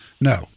No